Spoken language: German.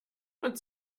und